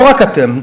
לא רק אתם,